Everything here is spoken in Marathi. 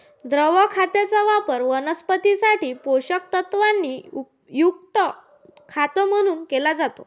द्रव खताचा वापर वनस्पतीं साठी पोषक तत्वांनी युक्त खत म्हणून केला जातो